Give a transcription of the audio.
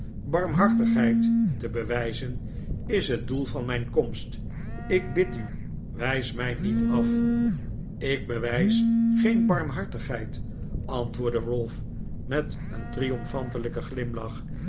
barmhartigheid te bewijzen is het doel van mijn komst ik bid u wijs mij niet af ik bewijs geen barmhartigheid antwoordde ralph met een triomfantelijken glimlach